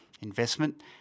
investment